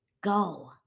go